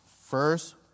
First